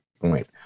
point